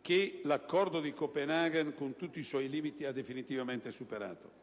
che l'Accordo di Copenaghen, con tutti i suoi limiti, ha definitivamente superato.